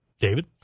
David